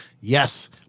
Yes